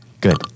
Good